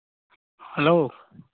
hello